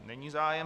Není zájem.